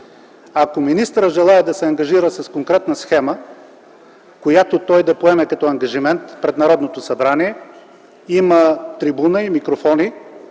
Ако министърът желае да се ангажира с конкретна схема, която да поеме като ангажимент пред Народното събрание, има трибуна и микрофони,